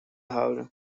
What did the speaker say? houden